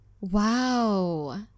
wow